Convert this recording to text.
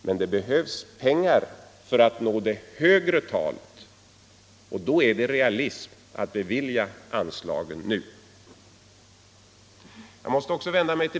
Men det behövs pengar för att nå det högre talet, och då är det realism att bevilja anslaget nu.